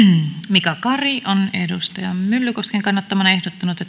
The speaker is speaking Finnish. mika kari on jari myllykosken kannattamana ehdottanut